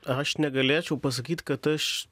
aš negalėčiau pasakyt kad aš